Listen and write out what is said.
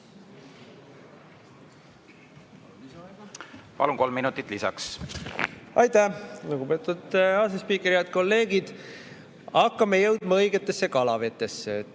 Palun, kolm minutit lisaks! Aitäh, lugupeetud asespiiker! Head kolleegid! Hakkame jõudma õigetesse kalavetesse.